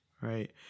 right